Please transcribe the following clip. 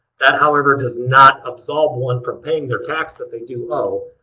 that, however, does not absolve one from paying their tax that they do owe,